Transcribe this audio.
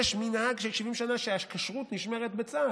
יש מנהג של 70 שנה שהכשרות נשמרת בצה"ל.